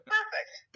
Perfect